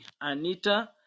Anita